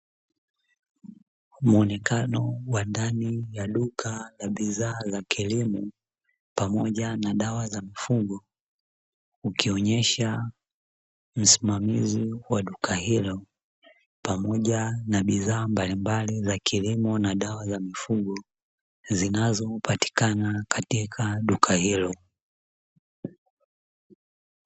Muonekano wa ndani ya duka la bidhaa za kilimo pamoja na dawa za mifugo ukionyesha msimamizi wa duka hilo, pamoja na bidhaa mbalimbali za kilimo na dawa za mifugo zinaozopatikana katika duka hilo.